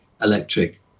electric